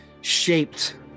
shaped